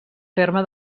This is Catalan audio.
terme